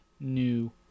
new